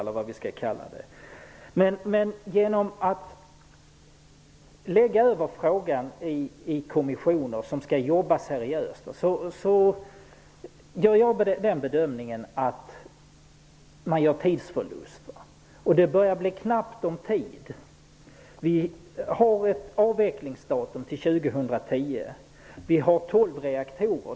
Men genom att lägga över frågan på seriöst jobbande kommissioner gör man enligt min bedömning en tidsförlust. Det börjar bli knappt om tid. Vi har ett avvecklingsdatum satt till 2010 och tolv reaktorer.